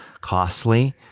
costly